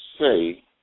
say